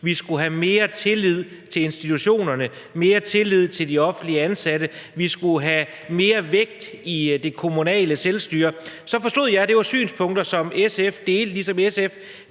bureaukrati, mere tillid til institutionerne, mere tillid til de offentligt ansatte, mere vægt i det kommunale selvstyre, forstod jeg, at det var synspunkter, som SF deler, ligesom SF